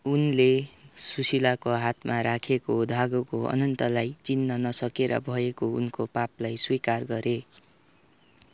उनले सुशीलाको हातमा राखेको धागोको अनन्तलाई चिन्न नसकेर भएको उनको पापलाई स्वीकार गरे